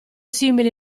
simili